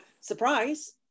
surprise